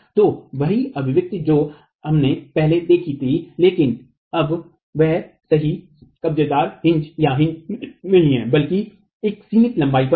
तो वही अभिव्यक्ति जो हमने पहले देखी थी लेकिन अब वह सही कब्जेदारकाजहिन्ज नहीं है बल्कि एक सीमित लंबाई पर है